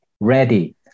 ready